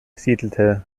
siedelte